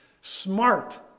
Smart